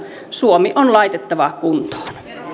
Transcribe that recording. suomi on laitettava kuntoon